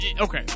okay